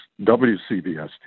WCBS-TV